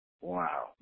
Wow